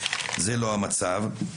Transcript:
זה לא המצב.